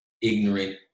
ignorant